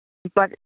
ਜੀ ਪਰ